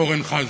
אורן חזן,